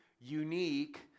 unique